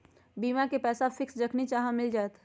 बीमा के पैसा फिक्स जखनि चाहम मिल जाएत?